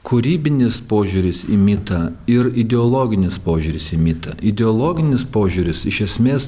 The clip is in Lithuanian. kūrybinis požiūris į mitą ir ideologinis požiūris į mitą ideologinis požiūris iš esmės